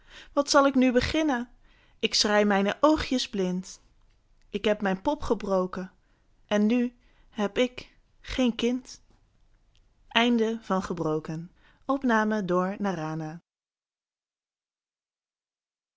wat zal ik nu beginnen ik schrei mijne oogjes blind ik heb mijn pop gebroken en nu heb ik geen kind